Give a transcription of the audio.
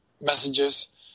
messages